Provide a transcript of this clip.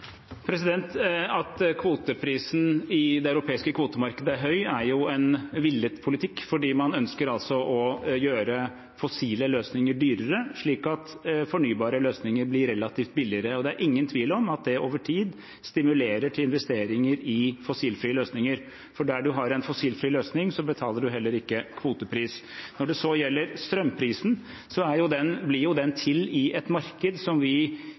At kvoteprisen i det europeiske kvotemarkedet er høy, er en villet politikk fordi man ønsker å gjøre fossile løsninger dyrere slik at fornybare løsninger blir relativt billigere. Det er ingen tvil om at det over tid stimulerer til investeringer i fossilfrie løsninger, for der man har en fossilfri løsning, betaler man heller ikke kvotepris. Når det gjelder strømprisen, blir jo den til i et marked som vi